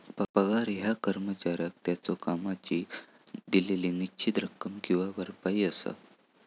पगार ह्या कर्मचाऱ्याक त्याच्यो कामाची दिलेली निश्चित रक्कम किंवा भरपाई असा